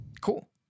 Cool